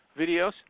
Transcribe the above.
videos